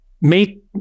make